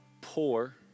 poor